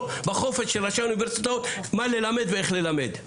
בחופש של ראשי האוניברסיטאות מה ללמד ואיך ללמד.